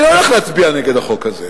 אני לא הולך להצביע נגד החוק הזה,